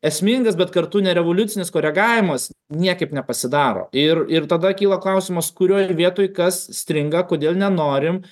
esmingas bet kartu nerevoliucinis koregavimas niekaip nepasidaro ir ir tada kyla klausimas kurioj vietoj kas stringa kodėl nenorim